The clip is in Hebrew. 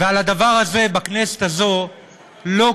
ועל הדבר הזה בכנסת הזאת לא,